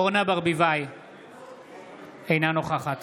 אינה נוכחת